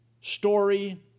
story